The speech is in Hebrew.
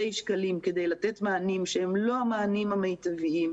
שקלים כדי לתת מענים שהם לא המענים המיטביים,